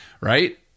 right